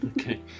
Okay